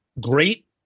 great